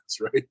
right